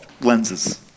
lenses